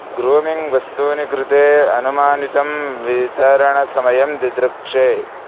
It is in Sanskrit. ग्रूमिङ्ग् वस्तूनां कृते अनुमानितं वितरणसमयं दिदृक्षे